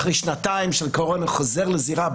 אחרי שנתיים של קורונה חוזר לזירה.